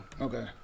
Okay